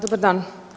Dobar dan.